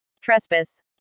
Trespass